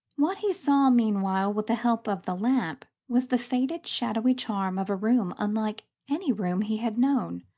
what he saw, meanwhile, with the help of the lamp, was the faded shadowy charm of a room unlike any room he had known.